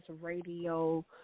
Radio